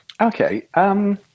Okay